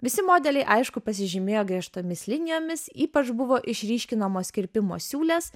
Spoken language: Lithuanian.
visi modeliai aišku pasižymėjo griežtomis linijomis ypač buvo išryškinamos kirpimo siūlės